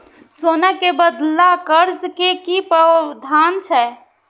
सोना के बदला कर्ज के कि प्रावधान छै?